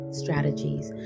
strategies